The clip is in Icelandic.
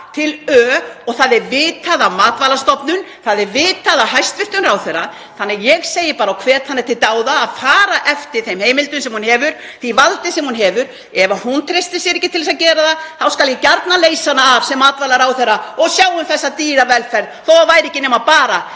til Ö og það er vitað af Matvælastofnun, það er vitað af hæstv. ráðherra, þannig að ég hvet hana til dáða og til að fara eftir þeim heimildum sem hún hefur, beita því valdi sem hún hefur. Ef hún treystir sér ekki til að gera það þá skal ég gjarnan leysa hana af sem matvælaráðherra og sjá um þessa dýravelferð þótt það væri ekki nema bara